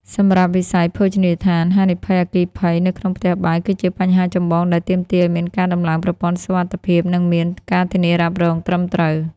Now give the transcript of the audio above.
សម្រាប់វិស័យភោជនីយដ្ឋាន ហានិភ័យអគ្គិភ័យ នៅក្នុងផ្ទះបាយគឺជាបញ្ហាចម្បងដែលទាមទារឱ្យមានការដំឡើងប្រព័ន្ធសុវត្ថិភាព និងមាន ការធានារ៉ាប់រង ត្រឹមត្រូវ។